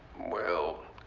well,